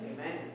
Amen